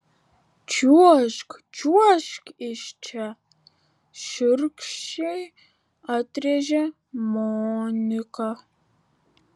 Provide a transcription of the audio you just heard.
čiuožk čiuožk iš čia šiurkščiai atrėžė monika